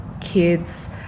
kids